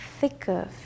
thicker